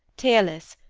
tearless,